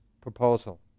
proposal